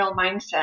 mindset